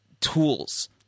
tools